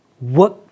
Work